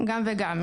גם וגם.